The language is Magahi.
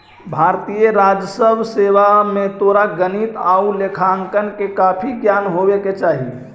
भारतीय राजस्व सेवा में तोरा गणित आउ लेखांकन के काफी ज्ञान होवे के चाहि